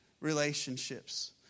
relationships